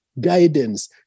guidance